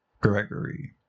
Gregory